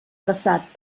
traçat